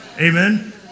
Amen